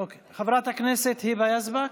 חברת הכנסת היבה יזבק,